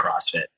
CrossFit